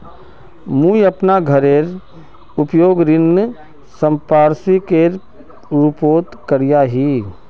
मुई अपना घोरेर उपयोग ऋण संपार्श्विकेर रुपोत करिया ही